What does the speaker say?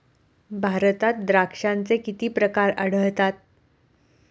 भारतात द्राक्षांचे किती प्रकार आढळतात?